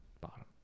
Bottom